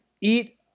eat